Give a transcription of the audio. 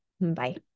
Bye